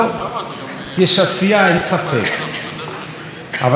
אבל אני, לעומתו, חושב שאנחנו לא מדינה מגניבה.